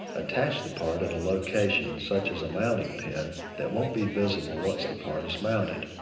attach the part at a location such as a mounting pen that won't be visible once the part is mounted.